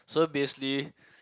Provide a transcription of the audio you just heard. so basically